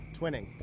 Twinning